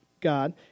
God